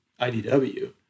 IDW